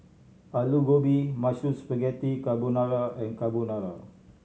Alu Gobi Mushroom Spaghetti Carbonara and Carbonara